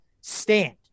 stand